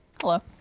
Hello